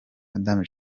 madame